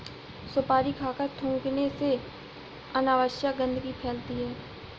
सुपारी खाकर थूखने से अनावश्यक गंदगी फैलती है